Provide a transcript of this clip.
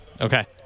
Okay